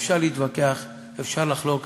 אפשר להתווכח, אפשר לחלוק.